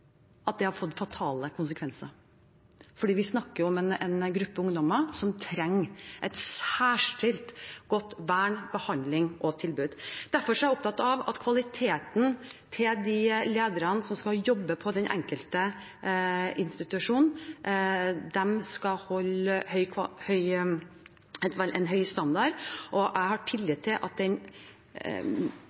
at dette har fått fatale konsekvenser. Vi snakker om en gruppe ungdommer som trenger et vern, en behandling og et tilbud som er særskilt gode. Derfor er jeg opptatt av at lederne som skal jobbe på de enkelte institusjonene, skal ha en kvalitet som holder en høy standard, og jeg har tillit til at